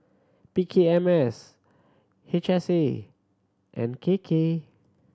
P K M S H S A and K K